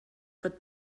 wird